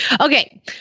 Okay